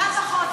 חלף החודש.